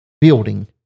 building